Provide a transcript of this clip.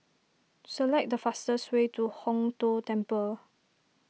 select the fastest way to Hong Tho Temple